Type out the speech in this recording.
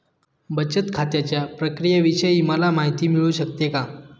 बचत खात्याच्या प्रक्रियेविषयी मला माहिती मिळू शकते का?